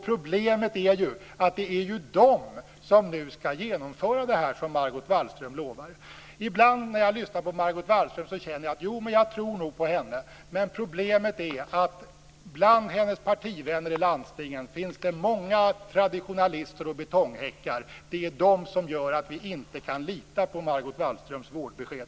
Problemet är att det ju är de som skall genomföra det som Margot Wallström nu lovar. Ibland när jag lyssnar på Margot Wallström känner jag att: jo, jag tror nog på henne. Men problemet är att det bland hennes partivänner i landstingen finns många traditionalister och betonghäckar. Det är de som gör att vi inte kan lita på Margot Wallströms vårdbesked.